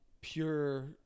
pure